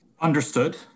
Understood